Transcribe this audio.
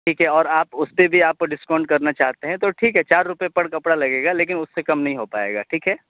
ٹھیک ہے اور آپ اس پہ بھی آپ ڈسکاؤنٹ کرنا چاہتے ہیں تو ٹھیک ہے چار روپے پر کپڑا لگے گا لیکن اس سے کم نہیں ہو پائے گا ٹھیک ہے